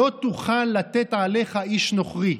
"לא תוכל לתת עליך איש נכרי"